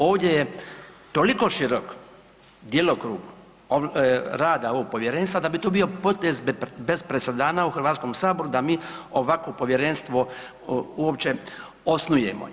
Ovdje je toliko širok djelokrug rada ovog povjerenstva da bi to bio potez bez presedana u Hrvatskom saboru, da mi ovakvo povjerenstvo uopće osnujemo.